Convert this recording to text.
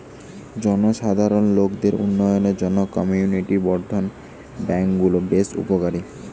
জনসাধারণ লোকদের উন্নয়নের জন্যে কমিউনিটি বর্ধন ব্যাংক গুলো বেশ উপকারী